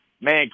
man